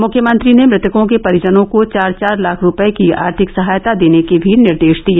मुख्यमंत्री ने मृतकों के परिजनों को चार चार लाख रूपये की आर्थिक सहायता देने के भी निर्देश दिए